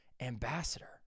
ambassador